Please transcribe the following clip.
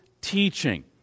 Teaching